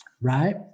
Right